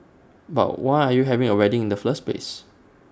but why are you having A wedding in the first place